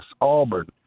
Auburn